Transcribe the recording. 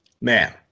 man